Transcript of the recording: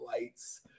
lights